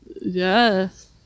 Yes